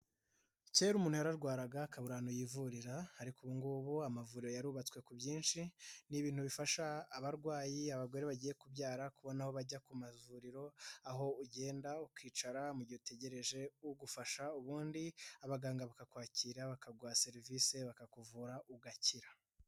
Kera umuntuna yara arwaraga akabura ahantu yivurza, ariko ubungubu amavuriro yarubatswe ku bwinshi, ni ibintu bifasha abarwayi, abagore bagiye kubyara kubona aho bajya ku mavuriro, aho ugenda ukicara mugihe utegereje ugufasha, ubundi abaganga bakakwakira bakaguha serivisi bakakuvura ugakira.